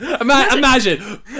imagine